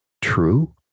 true